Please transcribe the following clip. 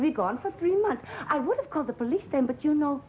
be gone for three months i would have called the police then but you know